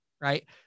right